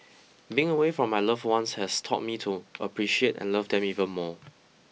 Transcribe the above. being away from my loved ones has taught me to appreciate and love them even more